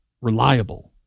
reliable